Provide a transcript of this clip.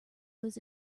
was